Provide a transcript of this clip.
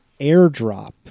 airdrop